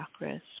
chakras